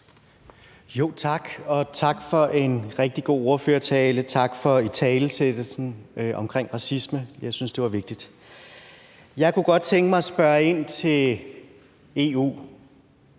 Jo, tak, og tak for en rigtig god ordførertale. Og tak for italesættelsen omkring racisme – jeg synes, det var vigtigt. Jeg kunne godt tænke mig at spørge ind til EU.